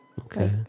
Okay